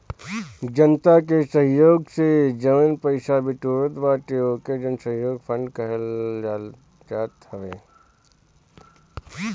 जनता के सहयोग से जवन पईसा बिटोरात बाटे ओके जनसहयोग फंड कहल जात हवे